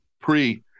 pre